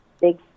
big